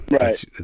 Right